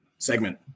segment